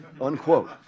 Unquote